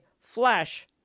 flash